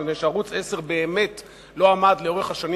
מפני שערוץ-10 באמת לא עמד לאורך השנים